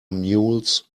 mules